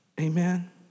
Amen